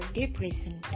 depression